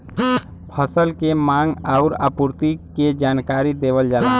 फसल के मांग आउर आपूर्ति के जानकारी देवल जाला